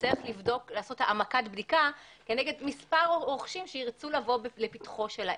ונצטרך לעשות העמקת בדיקה כנגד מספר רוכשים שירצו לבוא לפתחו של העסק.